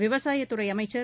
விவசாயத் துறைஅமைச்சர்